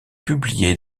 publiées